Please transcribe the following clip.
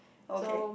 okay